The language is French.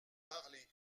parler